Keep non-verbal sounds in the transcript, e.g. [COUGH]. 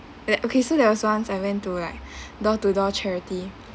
like okay so there was once I went to like [BREATH] door to door charity